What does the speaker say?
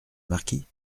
marquis